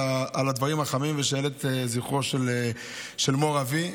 הדברים החמים ועל שהעלית את זכרו של מור אבי.